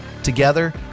together